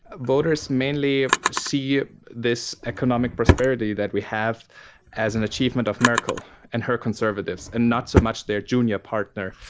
voters mainly see this economic prosperity that we have as an achievement of merkel and her conservatives, and not so much their junior partner,